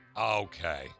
Okay